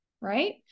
right